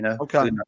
Okay